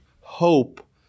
hope